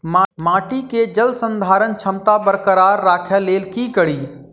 माटि केँ जलसंधारण क्षमता बरकरार राखै लेल की कड़ी?